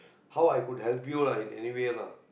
how I could help you ah in any way lah